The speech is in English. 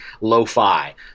lo-fi